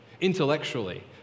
intellectually